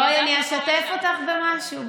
בואי אני אשתף אותך במשהו,